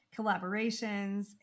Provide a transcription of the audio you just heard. collaborations